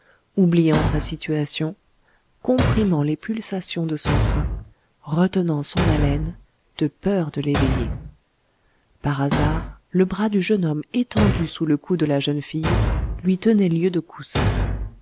oubliant sa situation comprimant les pulsations de son sein retenant son haleine de peur de l'éveiller par hasard le bras du jeune homme étendu sous le cou de la jeune fille lui tenait lieu de coussin